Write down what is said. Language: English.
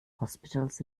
hospitals